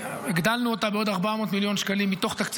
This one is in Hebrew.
הגדלנו אותה בעוד 400 מיליון שקלים מתוך תקציב